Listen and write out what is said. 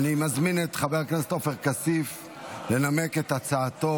אני מזמין את חבר הכנסת עופר כסיף לנמק את הצעתו.